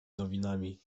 nowinami